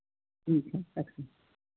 ठीक है रखते